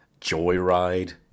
Joyride